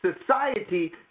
society